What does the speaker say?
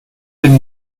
den